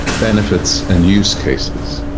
benefits and use cases.